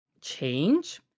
change